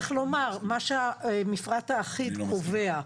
צריך לומר, מה שהמפרט האחיד קובע,